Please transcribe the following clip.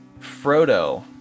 Frodo